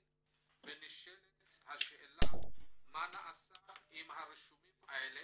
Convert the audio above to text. ונשאלת השאלה מה נעשה עם הרישומים האלה,